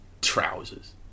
trousers